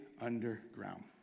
underground